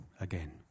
again